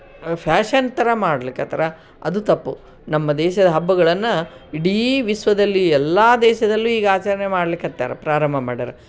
fashion ಥರ ಮಾಡ್ಲಿಕ್ಕತ್ತಿದ್ದಾರೆ ಅದು ತಪ್ಪು ನಮ್ಮ ದೇಶದ ಹಬ್ಬಗಳನ್ನು ಇಡೀ ವಿಶ್ವದಲ್ಲಿ ಎಲ್ಲ ದೇಶದಲ್ಲೂ ಈಗ ಆಚರಣೆ ಮಾಡ್ಲಿಕ್ಕತ್ತಿದ್ದಾರೆ ಪ್ರಾರಂಭ ಮಾಡಿದಾರೆ